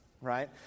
right